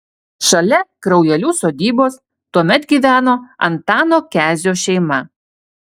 šalia kraujelių sodybos tuomet gyveno antano kezio šeima